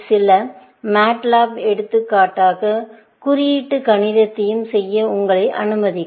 சில MATLAB எடுத்துக்காட்டாக குறியீட்டு கணிதத்தையும் செய்ய உங்களை அனுமதிக்கும்